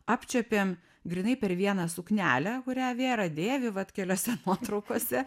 apčiuopėm grynai per vieną suknelę kurią vėra dėvi vat keliose nuotraukose